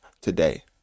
today